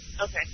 Okay